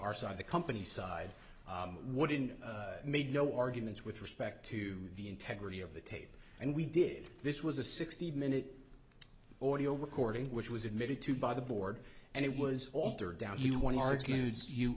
our side the company side what in made no arguments with respect to the integrity of the tape and we did this was a sixty minute ordeal recording which was admitted to by the board and it was altered down you want to argues you